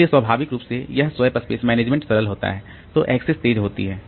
इसलिए स्वाभाविक रूप से यह स्वैप स्पेस मैनेजमेंट सरल होता है तो एक्सेस तेज होती है